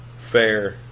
fair